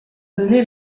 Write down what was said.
donner